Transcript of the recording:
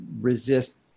resist